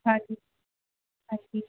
ਹਾਂਜੀ ਹਾਂਜੀ